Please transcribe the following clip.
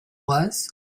was